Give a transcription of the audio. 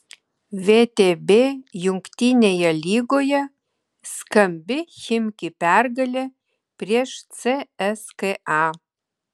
vtb jungtinėje lygoje skambi chimki pergalė prieš cska